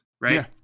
right